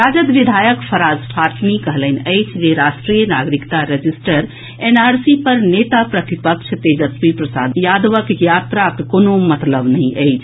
राजद विधायक फराज फातमी कहलनि अछि जे राष्ट्रीय नागरिकता रजिस्टर एनआरसी पर नेता प्रतिपक्ष तेजस्वी प्रसाद यादवक यात्राक कोनो मतलब नहि अछि